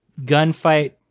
gunfight